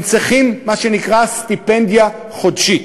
הם צריכים מה שנקרא סטיפנדיה חודשית.